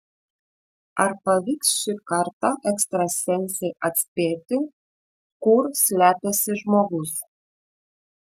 ar pavyks šį kartą ekstrasensei atspėti kur slepiasi žmogus